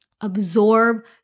absorb